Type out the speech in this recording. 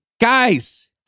Guys